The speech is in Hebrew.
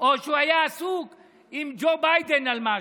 או שהוא היה עסוק עם ג'ו ביידן על משהו.